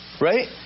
right